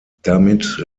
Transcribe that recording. damit